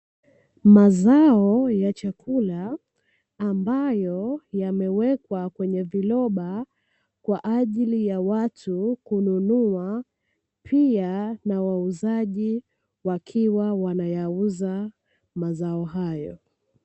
Mazao ya chakula, ambayo yamewekwa kwenye viroba kwa ajili ya watu kununua, pia na wauzaji wakiwa wanayauza mazao hayo.